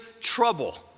trouble